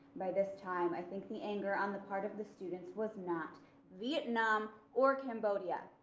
by this time i think the anger on the part of the students was not vietnam or cambodia.